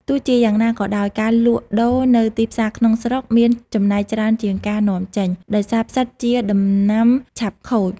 ទោះជាយ៉ាងណាក៏ដោយ ការលក់ដូរនៅទីផ្សារក្នុងស្រុកមានចំណែកច្រើនជាងការនាំចេញ ដោយសារផ្សិតជាដំណាំឆាប់ខូច។